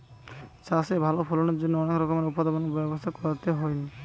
চাষে ভালো ফলনের জন্য অনেক রকমের উৎপাদনের ব্যবস্থা করতে হইন